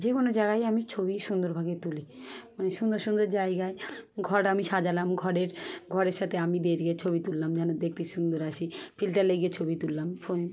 যে কোনো জায়গায় আমি ছবি সুন্দরভাবেই তুলি মানে সুন্দর সুন্দর জায়গায় ঘর আমি সাজালাম ঘরের ঘরের সাথে আমি দাঁড়িয়ে গিয়ে ছবি তুললাম যেন দেখতে সুন্দর আসে ফিল্টার লাগিয়ে ছবি তুললাম ফোন